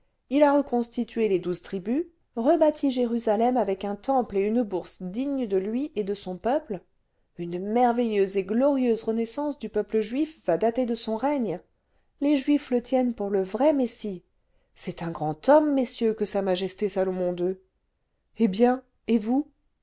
il a reconstitué les douze tribus rebâti jérusalem avec un temple et une bourse dignes de lui et de son peuple une merveilleuse et glorieuse renaissance du peuple juif va dater de son règne les juifs le tiennent pour le vrai messie c'est un grand homme messieurs que s m salomon ii eh bien et vous